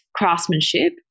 craftsmanship